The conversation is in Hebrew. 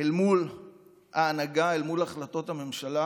אל מול ההנהגה, אל מול החלטות הממשלה,